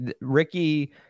Ricky